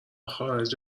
خارج